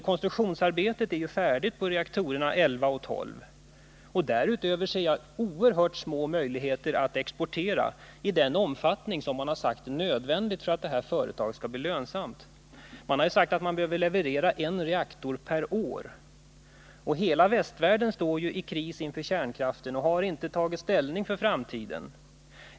Konstruktionsarbetet är färdigt för reaktorerna 11 och 12, och jag ser ytterligt små möjligheter att exportera i den omfattning som sagts vara nödvändig för att företaget skall bli lönsamt. Det har ju talats om att man behöver leverera en reaktor per år. Hela västvärlden står i kris vad beträffar kärnkraften och har inte tagit ställning för framtiden.